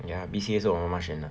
ya B_C_A 是我妈妈选的